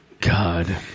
God